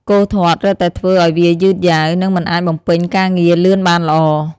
គោធាត់ រឹតតែធ្វើឱ្យវាយឺតយ៉ាវ និងមិនអាចបំពេញការងារលឿនបានល្អ។